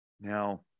Now